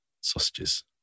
sausages